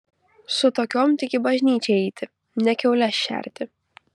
su tokiom tik į bažnyčią eiti ne kiaules šerti